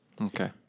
Okay